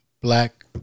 black